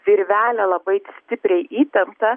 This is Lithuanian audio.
virvelę labai stipriai įtemptą